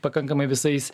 pakankamai visais